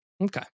okay